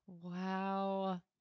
Wow